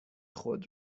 خود